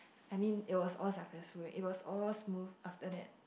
I mean it was all successful it was all smooth after that